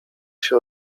się